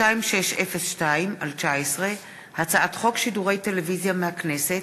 יושב-ראש הוועדה המשותפת לעניין תקציב הכנסת),